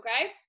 okay